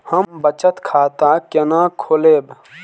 हम बचत खाता केना खोलैब?